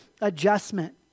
adjustment